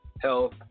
health